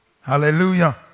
Hallelujah